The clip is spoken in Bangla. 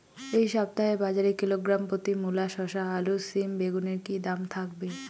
এই সপ্তাহে বাজারে কিলোগ্রাম প্রতি মূলা শসা আলু সিম বেগুনের কী দাম থাকবে?